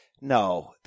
no